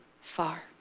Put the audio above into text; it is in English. far